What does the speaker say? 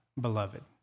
beloved